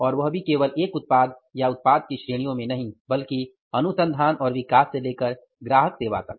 और वह भी केवल एक उत्पाद या उत्पाद की श्रेणियों में नहीं बल्कि अनुसंधान और विकास से लेकर ग्राहक सेवा तक